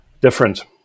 different